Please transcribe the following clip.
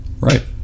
right